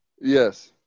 Yes